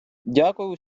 дякую